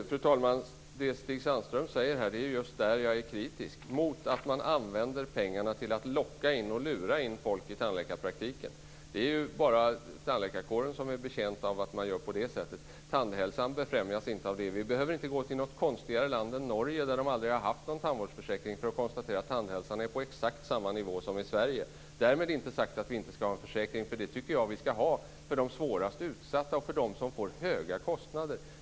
Fru talman! Det som Stig Sandström här nämner är just det som jag är kritisk mot. Man använder pengarna till att locka och lura in folk i tandläkarpraktiken. Det är bara tandläkarkåren som är betjänt av att man gör på det sättet. Tandhälsan befrämjas inte av det. Se på Norge, där man aldrig har haft någon tandvårdsförsäkring! Vi kan konstatera att tandhälsan där är på exakt samma nivå som i Sverige. Därmed inte sagt att vi inte skall ha en försäkring. Jag tycker att vi skall ha det för de svårast utsatta och för dem som får höga kostnader.